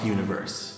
Universe